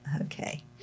Okay